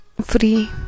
free